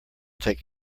take